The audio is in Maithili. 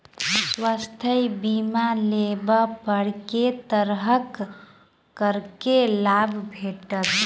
स्वास्थ्य बीमा लेबा पर केँ तरहक करके लाभ भेटत?